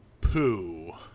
poo